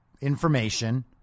information